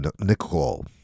Nicole